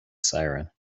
siren